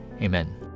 Amen